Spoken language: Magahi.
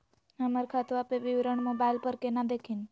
हमर खतवा के विवरण मोबाईल पर केना देखिन?